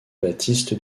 baptiste